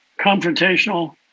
confrontational